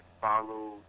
follow